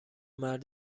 مرد